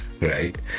right